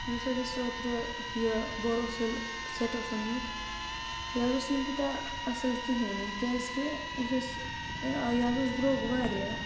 یُس حظ اَسہِ اوترٕ یہِ بوروسِل سٮ۪ٹ اوس اوٚنمُت یہِ حظ اوس نہٕ تیوٗتاہ اَصٕل کِہینۍ نہٕ کیازِکہ یُس اَسہِ یہِ حظ اوس درٛوگ واریاہ